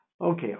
Okay